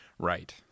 Right